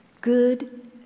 good